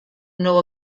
nou